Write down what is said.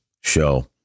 show